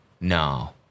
no